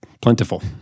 plentiful